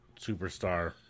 superstar